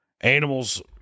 animals